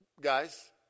guys